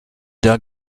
der